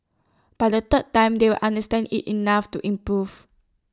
by the third time they will understand IT enough to improve